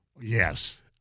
Yes